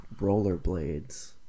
Rollerblades